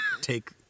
take